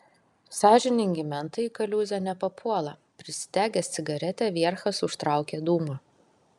sąžiningi mentai į kaliūzę nepapuola prisidegęs cigaretę vierchas užtraukė dūmą